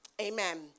amen